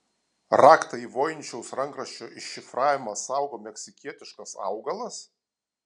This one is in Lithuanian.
raktą į voiničiaus rankraščio iššifravimą saugo meksikietiškas augalas